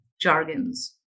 jargons